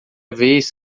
vez